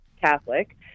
Catholic